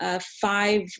five